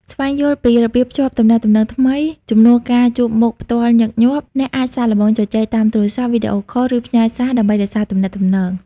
ស្វែងយល់ពីរបៀបភ្ជាប់ទំនាក់ទំនងថ្មី ជំនួសការជួបមុខផ្ទាល់ញឹកញាប់ អ្នកអាចសាកល្បងជជែកតាមទូរស័ព្ទ វីដេអូខល ឬផ្ញើសារ ដើម្បីរក្សាទំនាក់ទំនង។